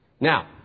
Now